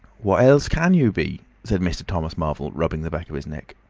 what else can you be? said mr. thomas marvel, rubbing the back of his neck.